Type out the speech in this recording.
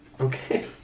Okay